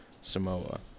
Samoa